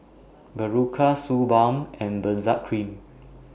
Berocca Suu Balm and Benzac Cream